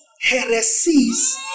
heresies